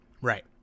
right